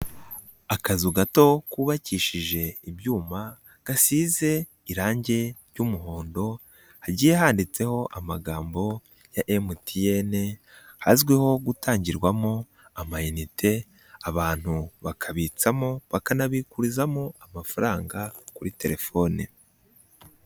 Akazu gato kubakishije ibyuma gasize irangi ry'umuhondo, hagiye handitseho amagambo ya MTN, azwiho gutangirwamo amayinite, abantu bakabikamo, bakanabikurizamo amafaranga kuri telefone.